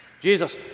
Jesus